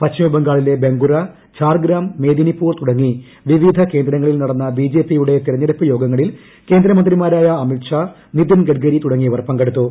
പശ്ചിമബംഗാളിലെ ബങ്കുര ഛാർഗ്രാം മേദിനിപ്പൂർ തുടങ്ങി വിവിധ കേന്ദ്രങ്ങളിങ്ങളിൽ നടന്ന ബിജെപിയുടെ തെരഞ്ഞെടുപ്പ് യോഗങ്ങ ളിൽ കേന്ദ്രമന്ത്രിമാരായ അമിത് ഷാ നിതിൻ ഗഡ്കരി തുടങ്ങിയവർ പങ്കെടുത്തു